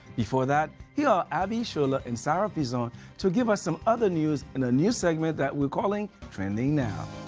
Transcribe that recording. before that, here are abi ishola and sarah pizon to give us some other news in a new segment that we're calling trending now.